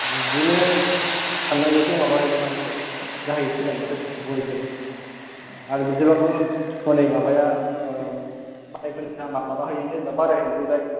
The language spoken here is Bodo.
बिदिनो सान्नागौसे माबा मोनसे माथो जाहैसिग माथो बयबो आर बिदिबाबो होनै माबाया माइ फोरनि दामा बारायहैनोसैलाय